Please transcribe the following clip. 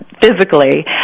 physically